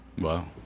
Wow